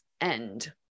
end